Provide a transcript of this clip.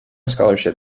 scholarship